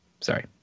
Sorry